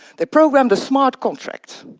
they programmed a smart contract,